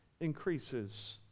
increases